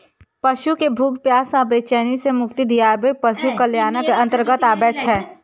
पशु कें भूख, प्यास आ बेचैनी सं मुक्ति दियाएब पशु कल्याणक अंतर्गत आबै छै